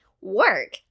work